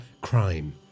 crime